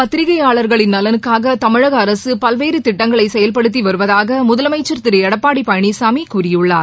பத்திரிகையாளர்களின் நலனுக்காக தமிழக அரசு பல்வேறு திட்டங்களை செயல்படுத்தி வருவதாக முதலமைச்சர் திரு எடப்பாடி பழனிசாமி கூறியுள்ளார்